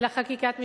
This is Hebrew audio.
אלא חקיקת משנה.